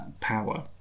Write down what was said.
power